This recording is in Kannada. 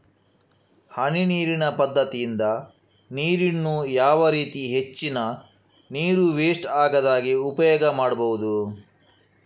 ಹನಿ ನೀರಿನ ಪದ್ಧತಿಯಿಂದ ನೀರಿನ್ನು ಯಾವ ರೀತಿ ಹೆಚ್ಚಿನ ನೀರು ವೆಸ್ಟ್ ಆಗದಾಗೆ ಉಪಯೋಗ ಮಾಡ್ಬಹುದು?